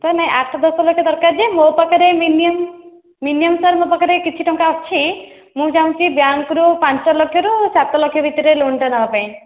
sir ନାଇଁ ଆଠ ଦଶ ଲକ୍ଷ ଦରକାର ଯେ ମୋ ପାଖରେ ମିନିମମ୍ ମିନିମମ୍ ସାର୍ ମୋ ପାଖରେ କିଛି ଟଙ୍କା ଅଛି ମୁଁ ଚାହୁଁଛି ବ୍ୟାଙ୍କ୍ରୁ ପାଞ୍ଚ ଲକ୍ଷରୁ ସାତ ଲକ୍ଷ ଭିତରେ ଲୋନ୍ଟା ନେବା ପାଇଁ